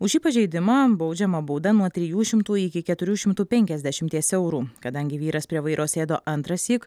už šį pažeidimą baudžiama bauda nuo trijų šimtų iki keturių šimtų penkiasdešimties eurų kadangi vyras prie vairo sėdo antrąsyk